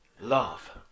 love